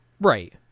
right